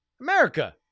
America